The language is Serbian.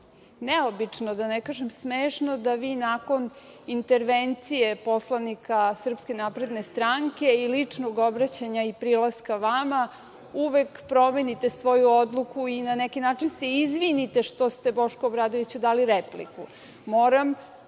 neobično, da ne kažem smešno, da vi nakon intervencije poslanika SNS i ličnog obraćanja i prilaska vama, uvek promenite svoju odluku i na neki način se izvinite što ste Bošku Obradoviću dali repliku. Moram